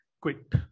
quit